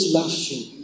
laughing